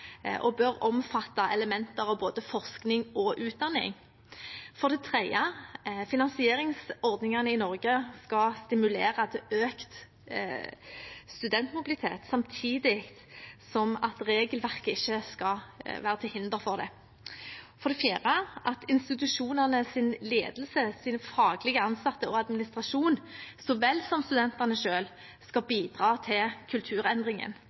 og bør omfatte elementer av både forskning og utdanning. Finansieringsordningene i Norge skal stimulere til økt studentmobilitet, samtidig som regelverket ikke skal være til hinder for dette. Institusjonenes ledelse, faglig ansatte og administrasjon, så vel som studentene selv, skal bidra til kulturendringen.